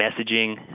messaging